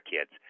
kids